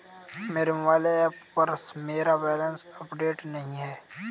मेरे mobile app पर मेरा बैलेंस अपडेट नहीं है